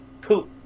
poop